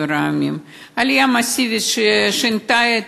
עלייה מסיבית ששינתה את